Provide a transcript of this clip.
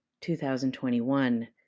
2021